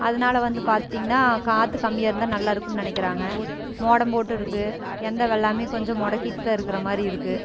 அதனால வந்து பார்த்தீங்கன்னா காத்து கம்மியாக இருந்தால் நல்லாயிருக்குன்னு நினைக்கிறாங்க மோடம் போட்டு இருக்குது எந்த வெள்ளாமையும் கொஞ்சம் முடக்கிட்டு தான் இருக்கிற மாதிரி இருக்குது